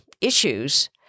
issues